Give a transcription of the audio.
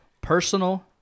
personal